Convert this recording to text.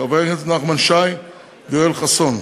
חברי הכנסת נחמן שי ויואל חסון,